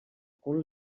cul